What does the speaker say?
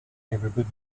everybody